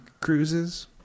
cruises